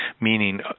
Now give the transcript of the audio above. meaning